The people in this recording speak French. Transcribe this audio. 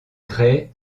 gray